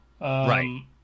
Right